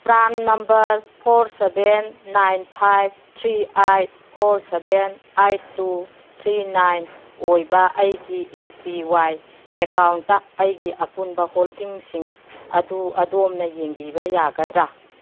PRAN number four seven nine five three eight four seven eight two three nine ꯑꯣꯏꯕ ꯑꯩꯒꯤ A P Y ꯑꯦꯀꯥꯎꯟꯗ ꯑꯩꯒꯤ ꯑꯄꯨꯟꯕ ꯍꯣꯜꯗꯤꯡꯁꯤꯡ ꯑꯗꯨ ꯑꯗꯣꯝꯅ ꯌꯦꯡꯕꯤꯕ ꯌꯥꯒꯗ꯭ꯔ